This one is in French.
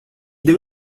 dès